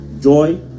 joy